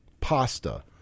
pasta